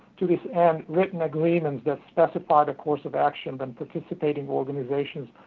to this end, written agreements that specify the course of action and participation organizations,